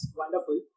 wonderful